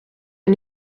een